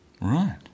Right